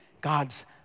God's